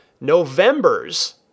November's